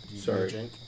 Sorry